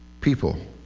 people